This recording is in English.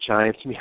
Giants